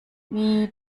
wie